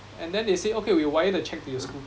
and then they say okay we'll wire the cheque to your school